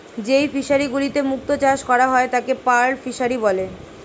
যেই ফিশারি গুলিতে মুক্ত চাষ করা হয় তাকে পার্ল ফিসারী বলে